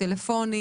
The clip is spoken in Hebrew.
טלפונים